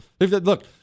Look